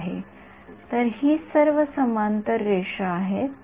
विद्यार्थीः १000 पेक्षा कमी १000 पेक्षा कमी ८00 किंवा जे काही